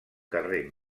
carrer